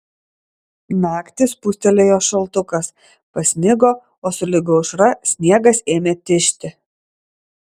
naktį spustelėjo šaltukas pasnigo o sulig aušra sniegas ėmė tižti